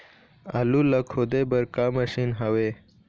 आलू ला खोदे बर का मशीन हावे?